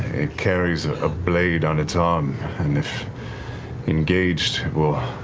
carries a blade on its arm and if engaged, will.